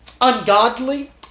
ungodly